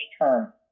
term